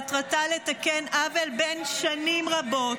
מטרתה לתקן עוול בן שנים רבות,